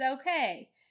okay